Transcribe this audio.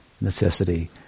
necessity